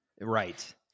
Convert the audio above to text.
Right